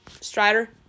Strider